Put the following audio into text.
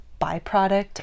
byproduct